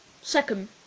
second